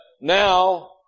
now